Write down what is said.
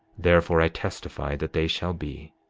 therefore i testify that they shall be.